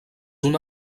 una